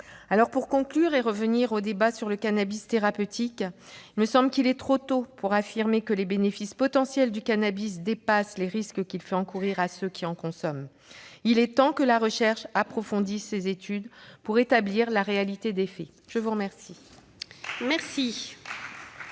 Pour conclure et revenir au débat sur le cannabis thérapeutique, il est trop tôt, me semble-t-il, pour affirmer que les bénéfices potentiels du cannabis dépassent les risques encourus par ceux qui en consomment. Il est temps que la recherche approfondisse ses études pour établir la réalité des faits. La parole